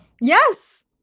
Yes